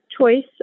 choice